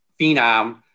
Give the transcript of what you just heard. phenom